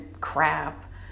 crap